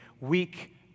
weak